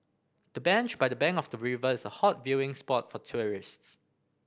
the bench by the bank of the river is a hot viewing spot for tourists